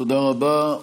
תודה רבה.